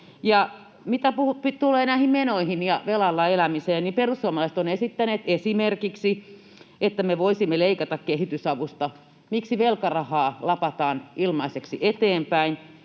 Mitä tulee näihin menoihin ja velalla elämiseen, niin perussuomalaiset ovat esittäneet esimerkiksi, että me voisimme leikata kehitysavusta. Miksi velkarahaa lapataan ilmaiseksi eteenpäin?